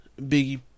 Biggie